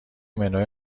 منو